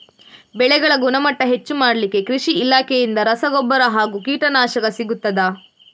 ಬೆಳೆಗಳ ಗುಣಮಟ್ಟ ಹೆಚ್ಚು ಮಾಡಲಿಕ್ಕೆ ಕೃಷಿ ಇಲಾಖೆಯಿಂದ ರಸಗೊಬ್ಬರ ಹಾಗೂ ಕೀಟನಾಶಕ ಸಿಗುತ್ತದಾ?